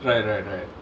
right right right